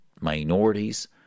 minorities